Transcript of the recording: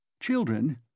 Children